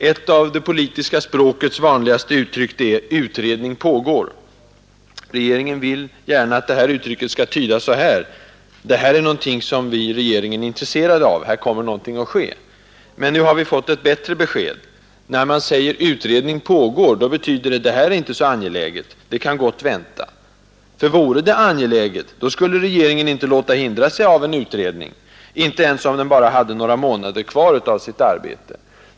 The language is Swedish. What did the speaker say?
Ett av det politiska språkets vanligaste uttryck är ”utredning pågår”. Regeringen vill gärna att det uttrycket skall tydas så här:” Det här är någonting som vi i regeringen är intresserade av. Här kommer någonting att ske.” Men nu har vi fått ett bättre besked. När man säger ”utredning pågår” betyder det: ”Det här är inte så angeläget. Det kan gott vänta.” För vore det angeläget, då skulle regeringen inte låta hindra sig av en utredning, inte ens om den bara hade några månader kvar av sitt arbete.